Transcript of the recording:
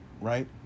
right